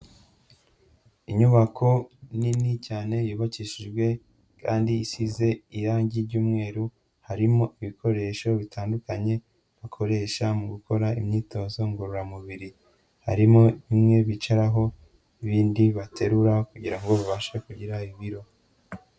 Inyubako nini cyane yubakishijwe kandi isize irangi ry'umweru, harimo ibikoresho bitandukanye bakoresha mu gukora imyitozo ngororamubiri, harimo bimwe bicaraho, ibindi baterura kugira ngo babashe kugira ibiro.